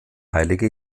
heilige